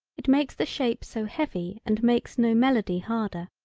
it makes the shape so heavy and makes no melody harder.